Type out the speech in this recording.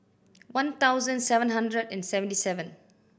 one thousand seven hundred and seventy seven